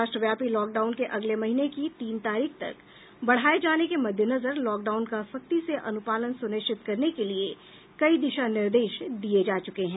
राष्ट्रव्यापी लॉकडाउन अगले महीने की तीन तारीख तक बढ़ाये जाने के मद्देनजर लॉकडाउन का सख्ती से अनुपालन सुनिश्चित करने के लिए कई दिशा निर्देश दिये जा चुके हैं